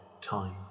time